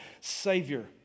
Savior